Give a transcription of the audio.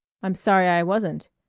i'm sorry i wasn't,